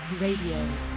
Radio